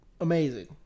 amazing